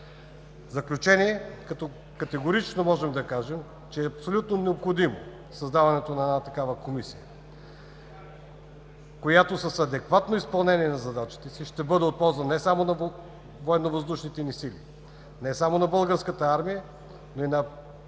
В заключение категорично можем да кажем, че е абсолютно необходимо създаването на една такава комисия, която с адекватно изпълнение на задачите си ще бъде от полза не само на военновъздушните ни сили, не само на българската армия, но и на